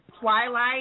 Twilight